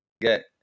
get